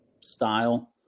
style